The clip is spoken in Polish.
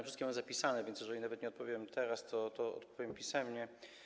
Wszystkie mam zapisane, więc jeżeli nawet nie odpowiem teraz, to odpowiem pisemnie.